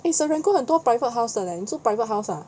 eh serangoon 很多 private house 的 leh 你住 private house ha